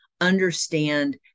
understand